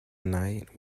night